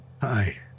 Hi